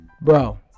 Bro